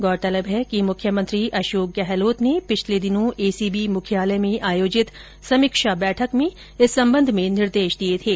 गौरतलब है कि मुख्यमंत्री ने पिछले दिनों एसीबी मुख्यालय में आयोजित समीक्षा बैठक में इस संबंध में निर्देश दिए थे